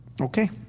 okay